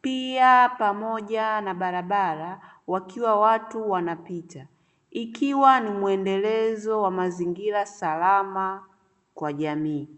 pia pamoja na barabara wakiwa watu wanapita, ikiwa ni muendelezo wa mazingira salama kwa jamii.